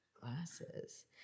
glasses